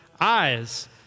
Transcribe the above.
eyes